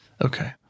Okay